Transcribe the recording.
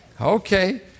okay